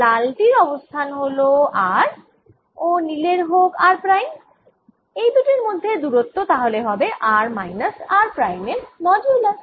লাল টির অবস্থান হল r ও নীলের হোক r প্রাইম এই দুটির মধ্যের দূরত্ব তাহলে হবে r মাইনাস r প্রাইম এর মডুলাস